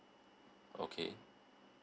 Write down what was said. okay